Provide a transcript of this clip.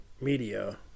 media